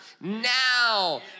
now